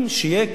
שיהיה,